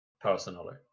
Personally